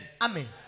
Amen